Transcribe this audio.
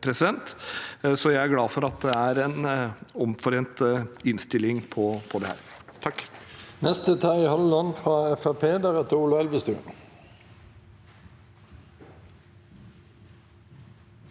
jeg er glad for at det er en omforent innstilling. Terje